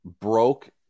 broke